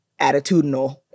attitudinal